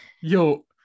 yo